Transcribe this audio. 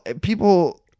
people